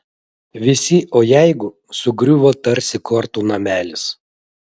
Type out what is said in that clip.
visi o jeigu sugriuvo tarsi kortų namelis